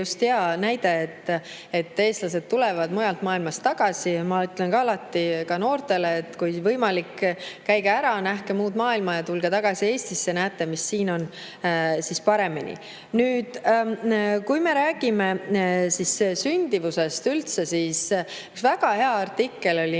hea näide, et eestlased tulevad mujalt maailmast tagasi. Ma ütlen ka alati noortele, et kui võimalik, käige ära, nähke muud maailma ja tulge tagasi Eestisse, siis näete, mis siin on paremini. Nüüd, kui me räägime sündimusest üldse, siis on üks väga hea artikkel